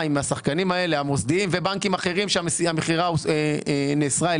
שעם השחקנים האלה המוסדיים ובנקים אחרים שהמכירה להם נאסרה,